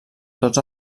tots